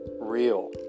real